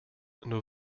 nur